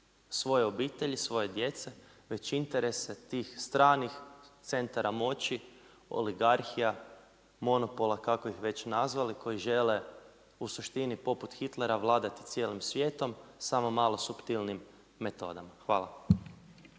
svoje obitelji, svoje djece, već interese tih stranih centara moći, oligarhija monopola kako ih već nazvali koji žele u suštini poput Hitlera vladati cijelim svijetom, samo malo suptilnijim metodama. Hvala.